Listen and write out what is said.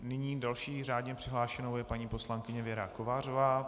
Nyní další řádně přihlášenou je paní poslankyně Věra Kovářová.